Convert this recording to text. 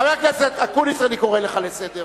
חבר הכנסת אקוניס, אני קורא לך לסדר.